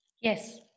Yes